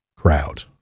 crowd